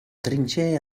trincee